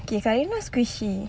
okay karina squishy